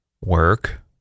work